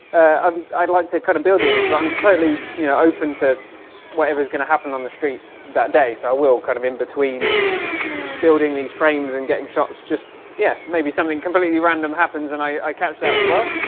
um i'd like to kind of build the image but i'm totally, you know open to whatever is going to happen on the street that day, so i will kind of in between building these frames and getting shots. just yeah, maybe something completely random happens and i catch that as well